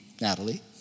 Natalie